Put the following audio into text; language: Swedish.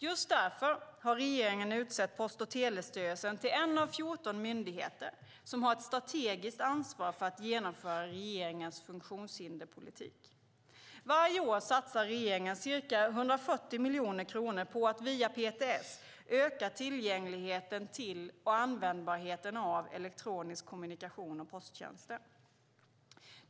Just därför har regeringen utsett Post och telestyrelsen till en av 14 myndigheter som har ett strategiskt ansvar för att genomföra regeringens funktionshinderspolitik. Varje år satsar regeringen ca 140 miljoner kronor på att, via PTS, öka tillgängligheten till och användbarheten av elektronisk kommunikation och posttjänster.